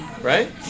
Right